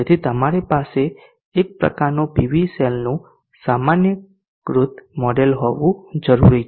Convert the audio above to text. તેથી અમારી પાસે એક પ્રકારનું પીવી સેલનું સામાન્યીકૃત મોડેલ હોવું જરૂરી છે